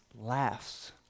laughs